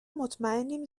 مطمئنیم